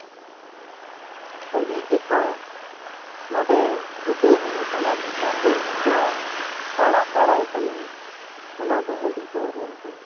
ᱦᱟᱺᱰᱤ ᱜᱮᱠᱚ ᱱᱚᱸᱰᱮ ᱡᱚ ᱞᱟᱹᱭ ᱦᱩᱭᱩᱜ ᱠᱟᱱᱟ ᱫᱤᱥᱚᱢ ᱵᱟᱭᱨᱤ ᱠᱚ ᱛᱟᱬᱟᱜ ᱵᱟᱲᱟᱭ ᱠᱟᱱᱟ ᱚᱱᱟ ᱫᱚ ᱦᱟᱺᱰᱤ ᱯᱟᱹᱣᱨᱟᱹ ᱜᱮ